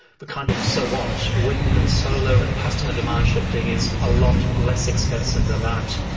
but kind of so what? wind and solar and customer demand shifting is a lot less expensive than that,